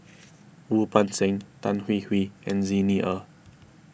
Wu Peng Seng Tan Hwee Hwee and Xi Ni Er